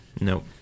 Nope